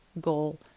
goal